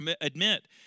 Admit